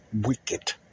wicked